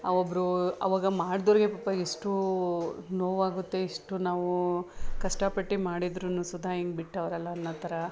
ಒಬ್ಬರೂ ಅವಾಗ ಮಾಡಿದವ್ರಿಗೆ ಪಾಪ ಎಷ್ಟು ನೋವಾಗುತ್ತೆ ಇಷ್ಟು ನಾವು ಕಷ್ಟ ಪಟ್ಟು ಮಾಡಿದ್ರೂ ಸುಧಾ ಹಿಂಗೆ ಬಿಟ್ಟವ್ರಲ್ಲ ಅನ್ನೋ ಥರ